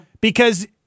because-